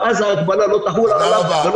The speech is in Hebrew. ואז ההגבלה לא תחול עליו.